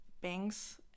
banks